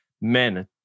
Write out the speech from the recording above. men